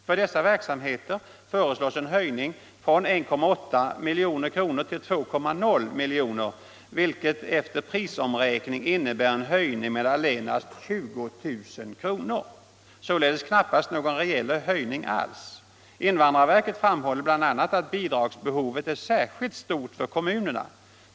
För dessa verksamheter föreslås en höjning från 1,8 milj.kr. till 2,0 milj.kr., vilket efter prisomräkning innebär en höjning med allenast 20 000 kr., således knappast någon reell höjning alls. Invandrarverket framhåller bl.a. att bidragsbehovet är särskilt stort för kommunerna.